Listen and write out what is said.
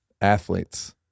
Athletes